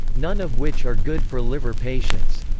none of which are good for liver patients,